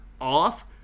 off